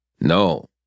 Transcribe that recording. No